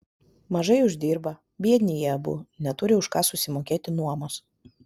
mažai uždirba biedni jie abu neturi už ką susimokėti nuomos